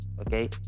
okay